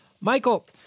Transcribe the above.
Michael